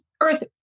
earth